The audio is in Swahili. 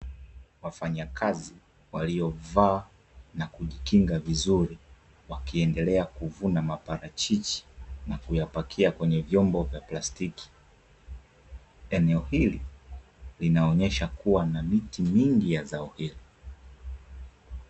Wafanyakazi waliovaa na kujikinga vizuri, wakiendelea kuvuna maparachichi na kuyapakia kwenye vyombo vya plastiki. Eneo hili, linaonyesha kuwa na miti mingi ya zao hili.